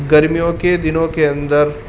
گرمیوں کے دنوں کے اندر